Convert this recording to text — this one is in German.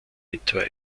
etwa